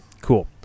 Cool